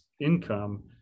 income